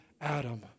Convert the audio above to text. Adam